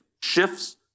shifts